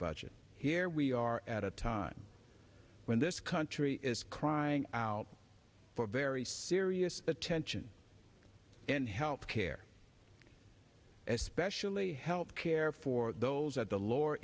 budget here we are at a time when this country is crying out for very serious attention in health care especially health care for those at the lower